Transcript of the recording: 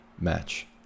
match